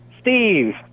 Steve